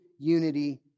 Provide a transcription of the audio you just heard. unity